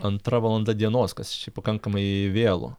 antra valanda dienos kas šiaip pakankamai vėlu